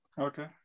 Okay